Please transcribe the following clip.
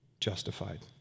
justified